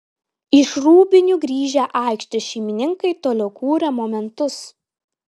iš rūbinių grįžę aikštės šeimininkai toliau kūrė momentus